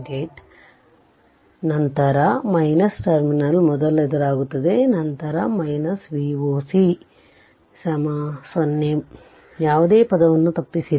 8 ನಂತರ ಟರ್ಮಿನಲ್ ಮೊದಲು ಎದುರಾಗುತ್ತದೆ ನಂತರ Voc 0 ಭರವಸೆ ಯಾವುದೇ ಪದವನ್ನು ತಪ್ಪಿಸಿಲ್ಲ